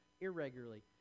irregularly